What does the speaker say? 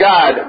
God